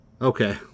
Okay